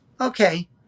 okay